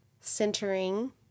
centering